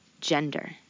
gender